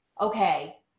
okay